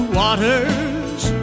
waters